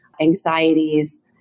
anxieties